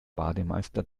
bademeister